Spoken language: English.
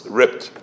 ripped